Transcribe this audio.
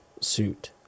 suit